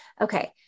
Okay